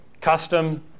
custom